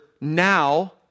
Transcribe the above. now